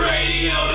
Radio